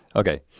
okay.